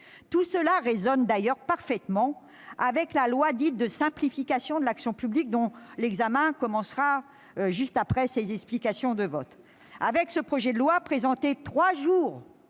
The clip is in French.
Tout cela résonne d'ailleurs parfaitement avec le projet de loi dit de « simplification de l'action publique », dont l'examen commencera après ces explications de vote. Avec ce texte, présenté trois jours